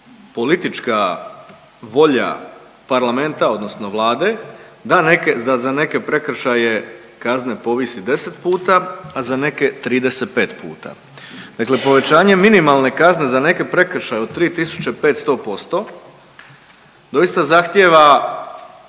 politička volja parlamenta odnosno Vlade da za neke prekršaje kazne povisi 10 puta, a za neke 35 puta, dakle povećanje minimalne kazne za neke prekršaje od 3.500 100% doista zahtjeva